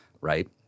right